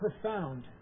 profound